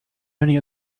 many